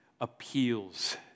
appeals